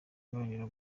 guharanira